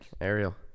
Ariel